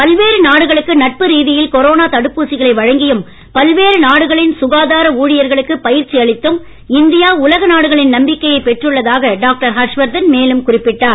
பல்வேறு நாடுகளுக்கு நட்பு ரீதியில் கொரோனா தடுப்பூசிகளை வழங்கியும் பல்வேறு நாடுகளின் சுகாதார ஊழியர்களுக்கு பயிற்சி அளித்தும் இந்தியா உலக நாடுகளின் நம்பிக்கையை பெற்றுள்ளதாக டாக்டர் ஹர்ஷ வர்தன் மேலும் குறிப்பிட்டார்